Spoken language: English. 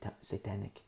satanic